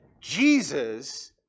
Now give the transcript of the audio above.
Jesus